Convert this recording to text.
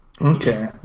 Okay